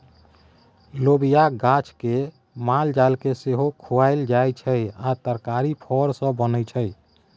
लोबियाक गाछ केँ मालजाल केँ सेहो खुआएल जाइ छै आ तरकारी फर सँ बनै छै